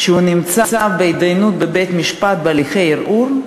כשזה נמצא בהתדיינות בבית-משפט, בהליכי ערעור,